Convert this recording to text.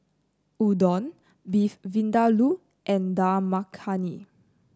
Udon Beef Vindaloo and Dal Makhani